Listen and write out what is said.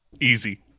Easy